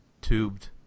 tubed